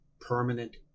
permanent